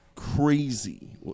Crazy